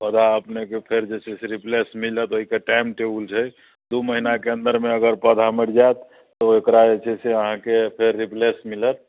पौधा अपनेकेँ फेर जे छै से रिप्लेस मिलत ओहिके टाइम टेबुल छै दू महिनाके अन्दरमे अगर पौधा मरि जाएत तऽ ओकरा जे छै से अहाँके फेर रिप्लेस मिलत